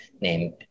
named